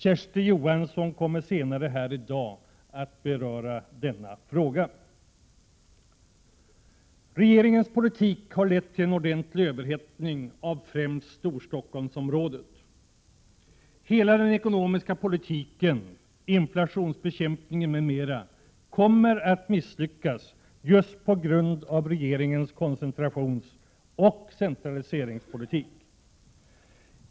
Kersti Johansson kommer senare här i dag att beröra denna fråga. Regeringens politik har lett till en betydande överhettning av främst Stockholmsområdet. Hela den ekonomiska politiken, inflationsbekämpningen m.m. kommer att misslyckas just på grund av regeringens koncentrationsoch centraliseringspolitik.